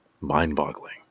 mind-boggling